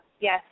Yes